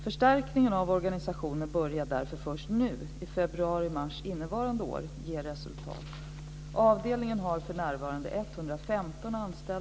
Förstärkningen av organisationen börjar därför först i februari och mars innevarande år ge resultat.